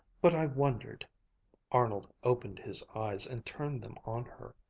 but i wondered arnold opened his eyes and turned them on her.